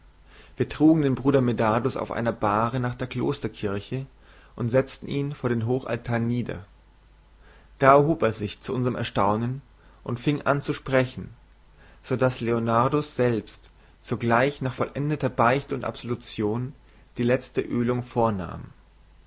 wir trugen den bruder medardus auf einer bahre nach der klosterkirche und setzten ihn vor dem hochaltar nieder da erholte er sich zu unserm erstaunen und fing an zu sprechen so daß leonardus selbst sogleich nach vollendeter beichte und absolution die letzte ölung vornahm